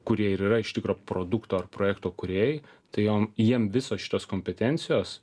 kurie ir yra iš tikro produkto ar projekto kūrėjai tai jom jiem visos šitos kompetencijos